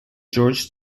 george